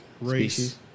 race